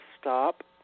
stop